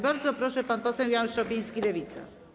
Bardzo proszę, pan poseł Jan Szopiński, Lewica.